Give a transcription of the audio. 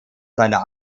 seiner